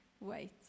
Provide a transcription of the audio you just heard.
wait